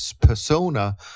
persona